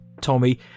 Tommy